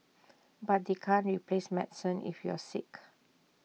but they can't replace medicine if you're sick